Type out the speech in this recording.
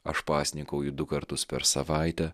aš pasninkauju du kartus per savaitę